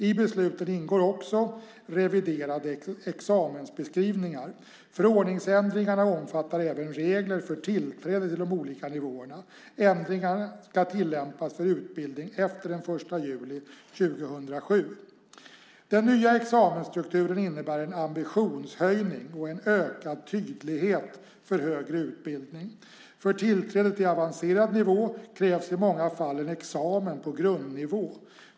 I besluten ingår också reviderade examensbeskrivningar. Förordningsändringarna omfattar även regler för tillträde till de olika nivåerna. Ändringarna skall tillämpas för utbildning efter den 1 juli 2007. Den nya examensstrukturen innebär en ambitionshöjning och en ökad tydlighet för högre utbildning. För tillträde till avancerad nivå krävs i många fall en examen på grundnivå.